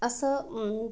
असं